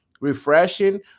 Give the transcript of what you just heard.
refreshing